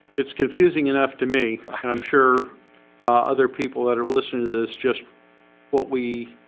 it's confusing enough to me. and i'm sure other people that are listening to this just what we